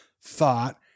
thought